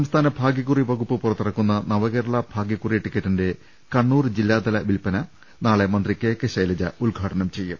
സംസ്ഥാന ഭാഗൃക്കുറി വകുപ്പ് പുറത്തിറക്കുന്ന നവകേരള ഭാഗൃക്കുറി ടിക്കറ്റി ന്റെ കണ്ണൂർ ജില്ലാതല വിൽപ്പന നാളെ മന്ത്രി കെ കെ ശൈലജ ഉദ്ഘാടനം ചെയ്യും